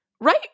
Right